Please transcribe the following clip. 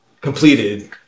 completed